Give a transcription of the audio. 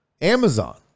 Amazon